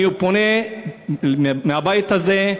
אני פונה מהבית הזה,